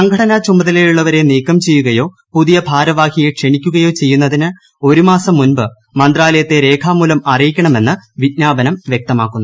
സംഘടനാ ചുമതലയുള്ളവരെ നീക്കം ചെയ്യുകയോ പുതിയ ഭാരവാഹിയെ ക്ഷണിക്കുകയോ ചെയ്യുന്നതിന് ഒരുമാസം മുൻപ് മന്ത്രാലയത്തെ രേഖാമൂലം അറിയിക്കണമെന്ന് വിജ്ഞാപനം വ്യക്തമാക്കുന്നു